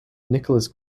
nicolas